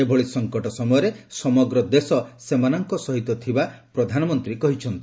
ଏଭଳି ସଙ୍କଟ ସମୟରେ ସମଗ୍ର ଦେଶ ସେମାନଙ୍କ ସହିତ ଥିବା ପ୍ରଧାନମନ୍ତୀ କହିଛନ୍ତି